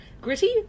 gritty